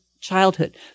childhood